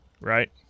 right